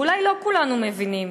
ואולי לא כולנו מבינים,